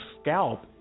scalp